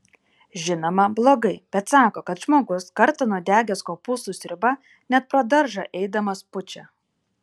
žinoma blogai bet sako kad žmogus kartą nudegęs kopūstų sriuba net pro daržą eidamas pučia